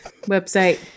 website